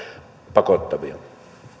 pakottavia